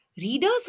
Readers